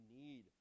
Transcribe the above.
need